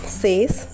says